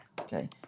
Okay